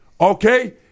okay